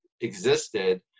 existed